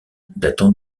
datant